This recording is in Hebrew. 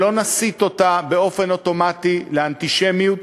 שלא נסיט אותה באופן אוטומטי לאנטישמיות,